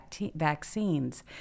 vaccines